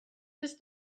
just